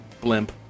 blimp